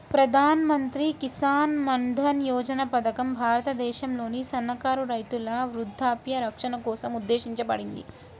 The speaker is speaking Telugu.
ప్రధాన్ మంత్రి కిసాన్ మన్ధన్ యోజన పథకం భారతదేశంలోని సన్నకారు రైతుల వృద్ధాప్య రక్షణ కోసం ఉద్దేశించబడింది